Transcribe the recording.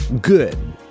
good